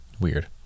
weird